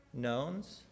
knowns